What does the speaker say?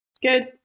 Good